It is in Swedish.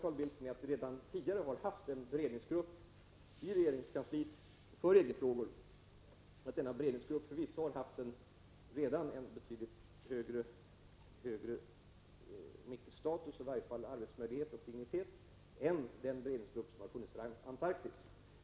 Jag kan upplysa Carl Bildt om att vi i regeringskansliet 29 redan tidigare har haft en beredningsgrupp för EG-frågor och att denna har haft, om än inte högre status, så i varje fall större arbetsmöjligheter och högre dignitet än beredningsgruppen för Antarktis.